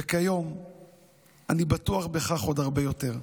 וכיום אני בטוח בכך עוד הרבה יותר.